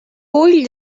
vull